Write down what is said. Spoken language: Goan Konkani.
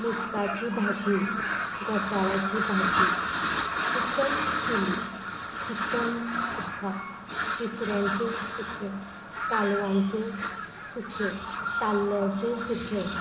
मुस्काची भाजी घोसाळ्याची भाजी चिकन चिली चिकन सुखा तिसऱ्यांचे सुखे कालवांचे सुखे ताल्ल्याचे सुखे